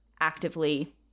actively